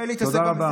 תודה רבה.